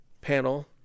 panel